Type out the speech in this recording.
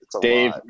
Dave